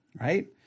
right